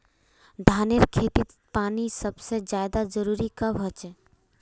धानेर खेतीत पानीर सबसे ज्यादा जरुरी कब होचे?